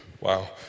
Wow